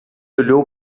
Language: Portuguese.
olhou